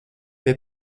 pie